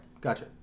Gotcha